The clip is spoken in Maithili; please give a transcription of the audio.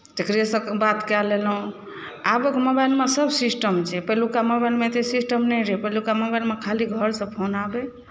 तकरहिसँ बात कए लेलहुँ आबक मोबाइलमे सभ सिस्टम छै पहिलुका मोबाइलमे एतेक सिस्टम नहि रहै पहिलुका मोबाइलमे खाली घरसँ फोन आबय